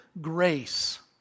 grace